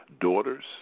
daughters